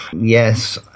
Yes